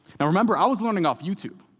now remember, i was learning off youtube.